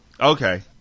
okay